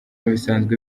bisanzwe